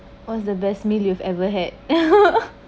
what's the best meal you've ever had